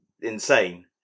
insane